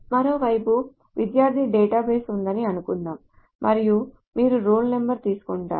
మరోవైపు విద్యార్థి డేటాబేస్ ఉందని అనుకుందాం మరియు మీరు రోల్ నంబర్ తీసుకుంటారు